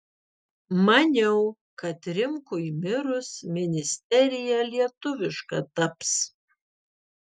maniau kad rimkui mirus ministerija lietuviška taps